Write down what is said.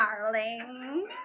darling